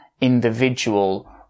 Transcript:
individual